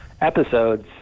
episodes